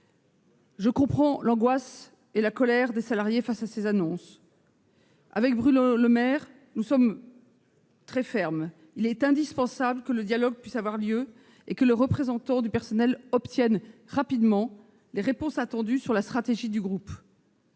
Je comprends l'angoisse et la colère des salariés face à ces annonces. Bruno Le Maire et moi-même sommes très fermes : il est indispensable que le dialogue puisse avoir lieu, et que les représentants du personnel obtiennent rapidement les réponses attendues sur la stratégie du groupe.